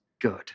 good